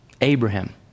Abraham